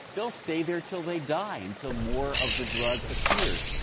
they'll stay there till they die, until more of the drug appears.